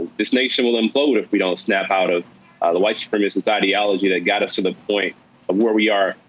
this nation will implode if we don't snap out ah of the white supremacist ideology that got us to the point of where we are.